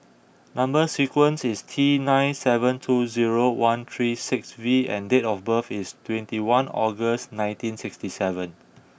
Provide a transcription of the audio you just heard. number sequence is T nine seven two zero one three six V and date of birth is twenty one August nineteen sixty seven